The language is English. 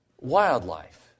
wildlife